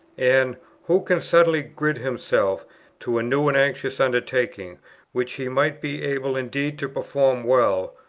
and who can suddenly gird himself to a new and anxious undertaking which he might be able indeed to perform well,